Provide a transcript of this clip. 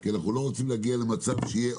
כי אנחנו לא רוצים להגיע למצב שיבואו